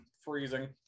freezing